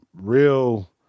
real